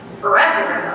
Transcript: Forever